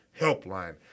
Helpline